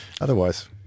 Otherwise